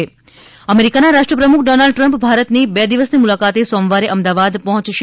Donald Trump અમેરિકાના રાષ્ટ્રપ્રમુખ Donald Trump ભારતની બે દિવસની મુલાકાતે સોમવારે અમદાવાદ પહોંચશે